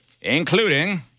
Including